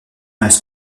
reste